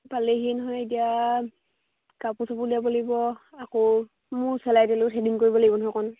পালেহি নহয় এতিয়া কাপোৰ চাপোৰ উলিয়াব লাগিব আকৌ মোৰ থ্ৰেডিং কৰিব লাগিব অকণ